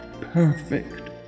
perfect